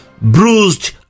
bruised